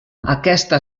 aquesta